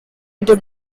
into